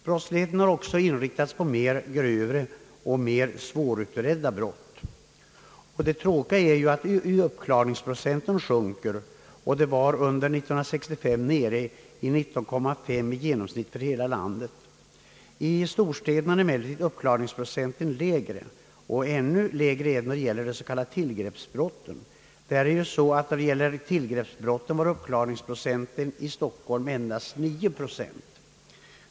Brotisligheten har också inriktats på grövre och mera svårutredda brott, och det tråkiga är, att uppklaringsprocenten sjunker. År 1965 var man nere i 19,5 procent i genomsnitt för hela landet. I storstäderna är emellertid uppklaringsprocenten lägre, och ännu lägre är den när det gäller de s.k. tillgreppsbrotten. Beträffande dessa brott var uppklaringsprocenten i Stockholm endast 9 procent.